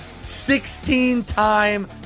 16-time